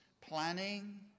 planning